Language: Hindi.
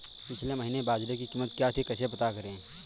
पिछले महीने बाजरे की कीमत क्या थी कैसे पता करें?